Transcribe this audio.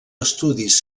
estudis